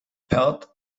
perth